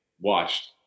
watched